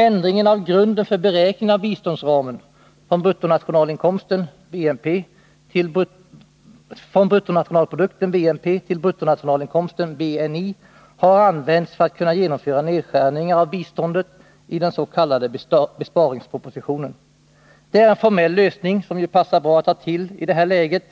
Ändringen av grunden för beräkningen av biståndsramen, från bruttonationalprodukten till bruttonationalinkomsten , har använts för att kunna genomföra nedskärningar av biståndet i den s.k. besparingspropositionen. Det är en formell lösning, som ju passar bra att ta till i det här läget,